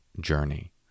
journey